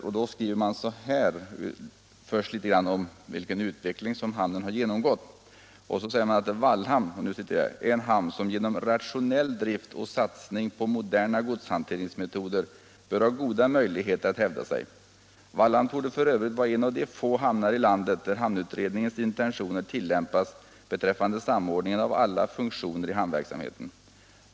Först skriver man något om vilken utveckling hamnen har genomgått och sedan fortsätter man: ”Wallhamn är en hamn som genom rationell drift och satsning på moderna godshanteringsmetoder bör ha goda möjligheter att hävda sig. Wallhamn torde för övrigt vara en av de få hamnar i landet där hamnutredningens intentioner tillämpas beträffande samordningen av alla funktioner i hamnverksamheten.